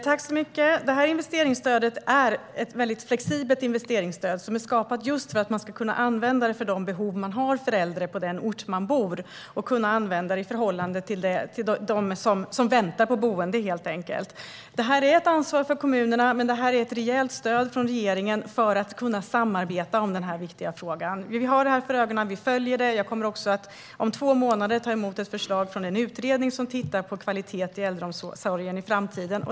Herr talman! Det handlar om ett väldigt flexibelt investeringsstöd som är skapat just för att man ska kunna använda det för de behov som finns hos äldre på den ort det gäller. Det ska kunna användas för dem som väntar på boende, helt enkelt. Detta är ett ansvar för kommunerna, men det här är ett rejält stöd från regeringen för att man ska kunna samarbeta i den här viktiga frågan. Vi har detta för ögonen. Vi följer det. Om två månader kommer jag också att ta emot förslag från den utredning som tittar på kvalitet i äldreomsorgen i framtiden.